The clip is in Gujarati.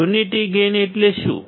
યુનિટી ગેઇન એટલે શું